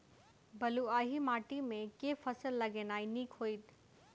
बलुआही माटि मे केँ फसल लगेनाइ नीक होइत?